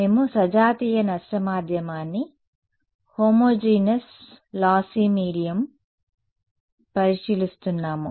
మేము సజాతీయ నష్ట మాధ్యమాన్ని homogeneous lossy medium homogeneous lossy medium పరిశీలిస్తున్నాము